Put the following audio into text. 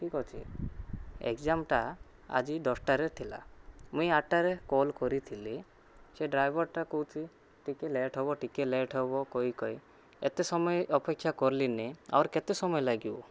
ଠିକ୍ଅଛି ଏକ୍ଜାମ୍ଟା ଆଜି ଦଶଟାରେ ଥିଲା ମୁଇ ଆଟାରେ କଲ୍ କରିଥିଲି ସେ ଡ୍ରାଇଭର୍ଟା କହୁଛି ଟିକିଏ ଲେଟ୍ ହେବ ଟିକିଏ ଲେଟ୍ ହେବ କହି କହି ଏତେ ସମୟ ଅପେକ୍ଷା କଲିନି ଆହୁରି କେତେ ସମୟ ଲାଗିବ